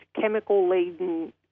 chemical-laden